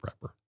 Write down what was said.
prepper